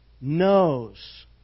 knows